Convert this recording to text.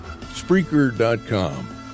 Spreaker.com